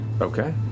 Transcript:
Okay